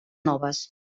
noves